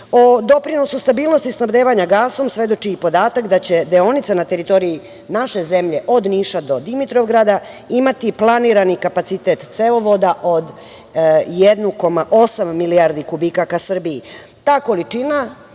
doprinosu stabilnosti snabdevanja gasom svedoči i podatak da će deonica na teritoriji naše zemlje od Niša do Dimitrovgrada, imati planirani kapacitet cevovoda od 1,8 milijardi kubika ka Srbiji